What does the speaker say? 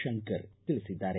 ಶಂಕರ್ ತಿಳಿಸಿದ್ದಾರೆ